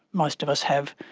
most of us have,